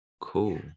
cool